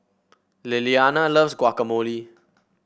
Lilliana loves Guacamole